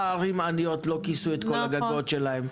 למה ערים עניות לא כיסו את כל הגגות שלהן?